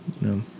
No